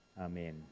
Amen